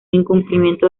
incumplimiento